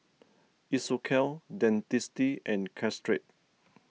Isocal Dentiste and Caltrate